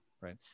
right